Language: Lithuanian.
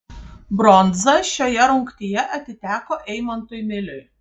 bronza šioje rungtyje atiteko eimantui miliui